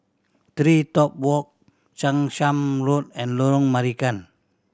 TreeTop Walk Chang Charn Road and Lorong Marican